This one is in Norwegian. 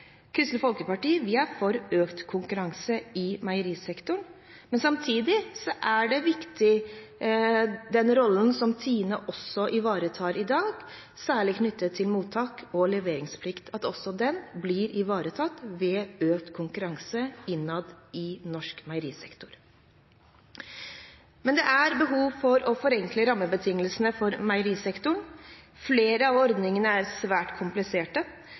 Kristelig Folkeparti er for økt konkurranse i meierisektoren, men samtidig er det avgjørende at de viktige rollene som TINE også ivaretar i dag, særlig knyttet til mottaks- og leveringsplikt, blir ivaretatt ved økt konkurranse innad i norsk meierisektor. Men det er behov for å forenkle rammebetingelsene for meierisektoren. Flere av ordningene er svært